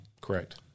Correct